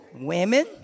women